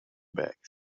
backs